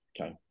Okay